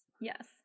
Yes